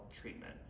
treatment